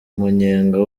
munyenga